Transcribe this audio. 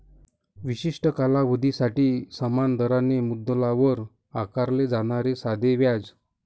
विशिष्ट कालावधीसाठी समान दराने मुद्दलावर आकारले जाणारे साधे व्याज